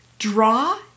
Draw